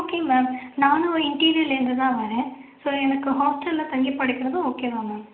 okay ma'am நானும் என்டிவிலருந்து தான் வர்றேன் ஸோ எனக்கு ஹாஸ்ட்டலில் தங்கிப் படிக்கிறது ஓகேதான் மேம்